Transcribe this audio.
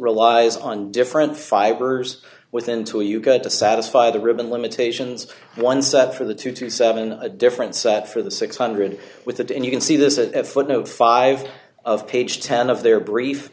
relies on different fibers within to you got to satisfy the ribbon limitations one set for the two to seven a different set for the six hundred with it and you can see this a footnote five of page ten of their brief